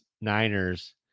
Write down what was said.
Niners